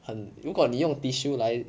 很如果你用 tissue 来